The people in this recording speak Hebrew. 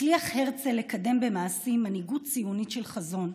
הצליח הרצל לקדם במעשים מנהיגות ציונית של חזון.